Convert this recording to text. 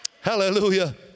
Hallelujah